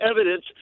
evidence